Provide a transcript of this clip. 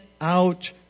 out